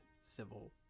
Civil